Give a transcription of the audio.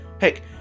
Heck